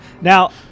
Now